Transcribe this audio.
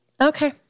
Okay